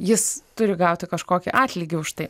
jis turi gauti kažkokį atlygį už tai